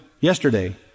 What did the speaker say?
yesterday